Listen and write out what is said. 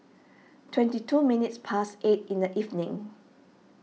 twenty two minutes past eight in the evening